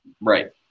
Right